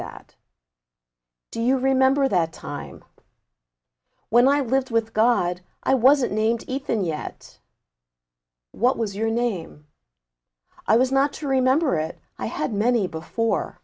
that do you remember that time when i lived with god i wasn't named ethan yet what was your name i was not to remember it i had many before